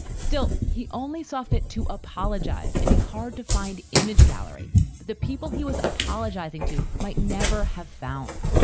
still, he only saw fit to apologize in a hard to find image gallery that the people he was apologizing to might never have found.